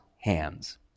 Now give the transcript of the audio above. hands